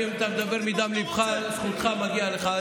אתה מדבר מדם ליבך, זכותך, זה מגיע לך.